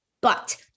But-